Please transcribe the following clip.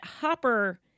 Hopper